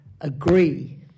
agree